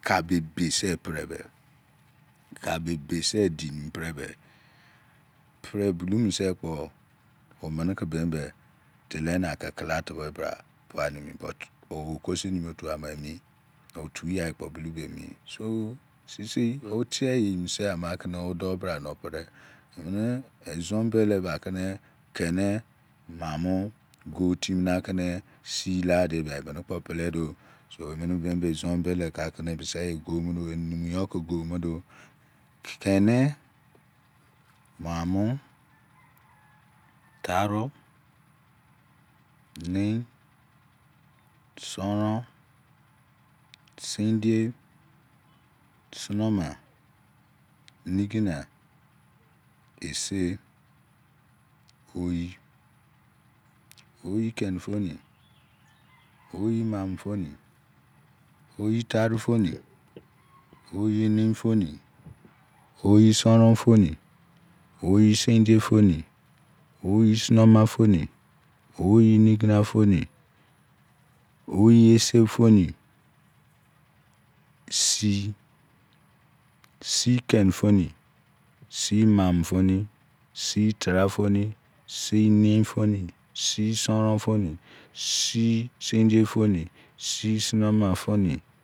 Kabo ebesi pre bie kabo ebe si dinimi pre be pre bulou nisikpo omene ke nake ne kala tubo bra pua nimi but omoko timi otu ama euru otu yai kpo bulou be emi so otie eyiminise amakene odi bra bo pre emi ezon beleka ba kene keni mamo go timi si lane bia emene kpo pile di so emene bemi ezon beleka ke biseyi gimudi eninimi yo ki gimudi keni mamuli taru nei soron sendiye moma niginai ese oyi oyi kenigoni iyimamu boni oyi to ugonu oyin ne soni oyi sorongoni oyi sonti ye soni oyi somoma goni oyinigina goni ovi ese goni sii sii kai soni sii mamu soni sii taru bonu sii nei soni sii soron soni sii aen diye goni sii sonoma goni